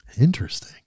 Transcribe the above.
Interesting